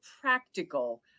practical